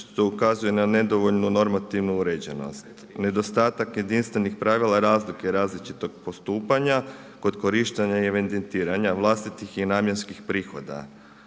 što ukazuje na nedovoljnu normativnu uređenost. Nedostatak jedinstvenih pravila razlike i različitog postupanja kod korištenja i evidentiranja vlastitih i namjenskih prihoda.